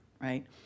right